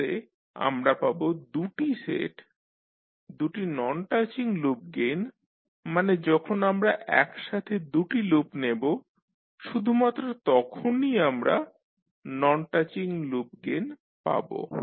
তাহলে আমরা পাবো দুটি সেট দুটি নন টাচিং লুপ গেইন মানে যখন আমরা একসাথে দুটি লুপ নেবো শুধুমাত্র তখনই আমরা নন টাচিং লুপ গেইন পাবো